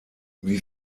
wie